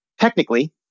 technically